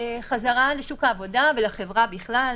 חזרה לשוק העבודה ולחברה בכלל,